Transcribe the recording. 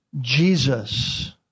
Jesus